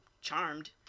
Charmed